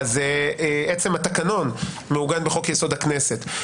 עצם התקנון מעוגן בחוק-יסוד: הכנסת.